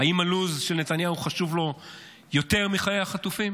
האם הלו"ז של נתניהו חשוב לו יותר מחיי החטופים?